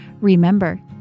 Remember